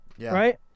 right